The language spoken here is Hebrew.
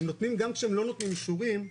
גם כשהם לא נותנים אישורים,